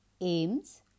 aims